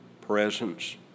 presence